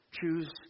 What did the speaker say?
choose